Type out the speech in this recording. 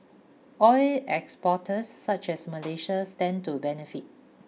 oil exporters such as Malaysia stand to benefit